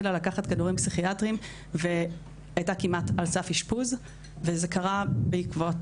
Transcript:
כדורים פסיכיאטריים והייתה כמעט על סף אשפוז וזה קרה בעקבות